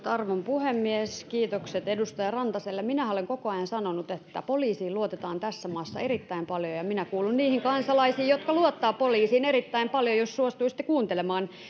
arvon puhemies kiitokset edustaja rantaselle minähän olen koko ajan sanonut että poliisiin luotetaan tässä maassa erittäin paljon ja minä kuulun niihin kansalaisiin jotka luottavat poliisiin erittäin paljon jos suostuisitte kuuntelemaan